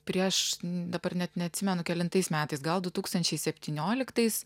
prieš dabar net neatsimenu kelintais metais gal du tūkstančiai septynioliktais